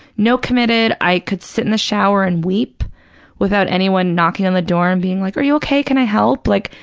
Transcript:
no committed. i could sit in the shower and weep without anyone knocking on the door and being like, are you okay, can i help? like,